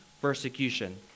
persecution